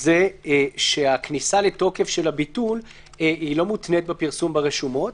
זה שהכניסה לתוקף של הביטול לא מותנית בפרסום ברשומות,